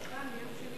התשע"א 2011,